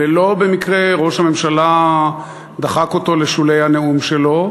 ולא במקרה ראש הממשלה דחק אותו לשולי הנאום שלו,